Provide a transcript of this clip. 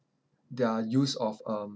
their use of um